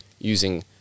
using